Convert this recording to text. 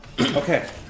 Okay